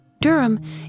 Durham